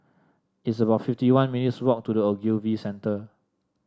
it's about fifty one minutes' walk to The Ogilvy Centre